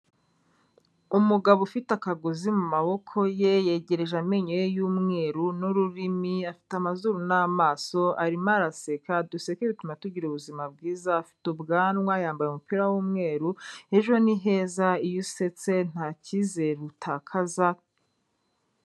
Umugabo ufite akagozi mu maboko ye yegereje amenyo ye y'umweru n'ururimi, afite amazuru n'amaso arimo araseka, duseke bituma tugira ubuzima bwiza, afite ubwanwa yambaye umupira w'umweru, ejo ni heza iyo usetse nta cyizere utaza.